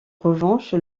revanche